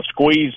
squeeze